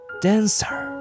dancer